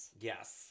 Yes